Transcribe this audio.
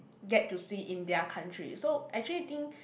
get to see in their country so actually think